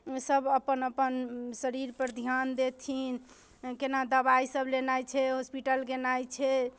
सब अपन अपन शरीरपर ध्यान देथिन केना दबाइ सब लेनाय छै हॉस्पिटल गेनाइ छै